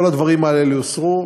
כל הדברים האלה יוסרו.